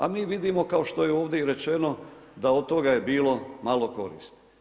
A mi vidimo, kao što je ovdje i rečeno, da od toga je bilo malo koristi.